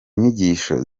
nyigisho